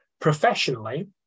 professionally